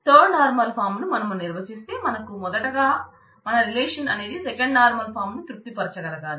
third normal form ను తృప్తి పరచగలగాలి